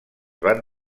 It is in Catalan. van